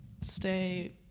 stay